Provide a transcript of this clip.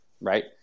right